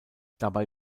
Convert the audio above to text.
dabei